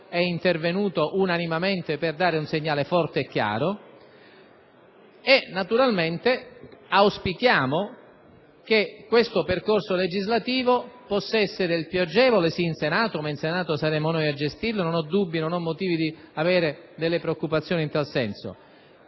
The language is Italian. è intervenuto unanimemente per dare un segnale forte e chiaro. Naturalmente auspichiamo che questo percorso legislativo possa essere più agevole, e non solo in Senato, dove saremo noi a gestirlo e non ho motivo di avere preoccupazioni in tal senso.